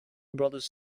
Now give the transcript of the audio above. brothers